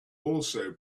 also